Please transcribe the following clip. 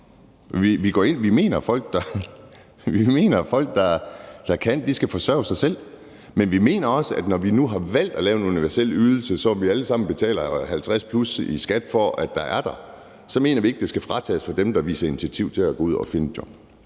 Vi mener, at folk, der kan, skal forsørge sig selv, men vi mener også, at når man nu har valgt at lave en universel ydelse, så vi alle sammen betaler mere end 50 pct. i skat for, at den er der, så skal den ikke fratages dem, der viser initiativ til at gå ud og finde sig et job.